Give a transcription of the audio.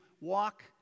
walk